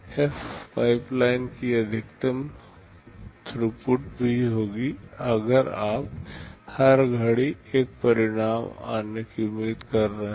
f pipeline की अधिकतम throughput भी होगी अगर आप हर घड़ी एक परिणाम आने की उम्मीद कर रहे हैं